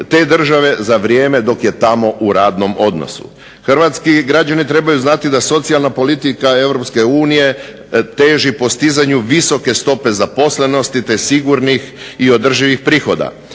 Hrvatski građani trebaju znati da socijalna politika Europske unije teži postizanju visoke stope zaposlenosti, te sigurnih i održivih prihoda.